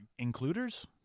includers